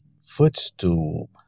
footstool